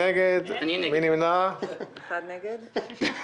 1 נמנעים,